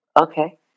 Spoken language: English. Okay